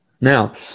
Now